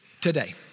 Today